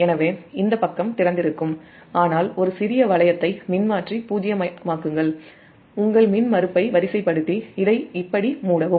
எனவே இந்த பக்கம் திறந்தி ருக்கும் ஆனால் ஒரு சிறிய வளையத்தை மின்மாற்றி பூஜ்ஜியமாக்கு ங்கள் உங்கள் மின்மறுப்பை வரிசைப்படுத்தி இதை இப்படி மூடவும்